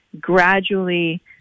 gradually